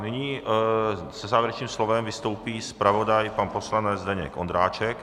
Nyní se závěrečným slovem vystoupí zpravodaj pan poslanec Zdeněk Ondráček.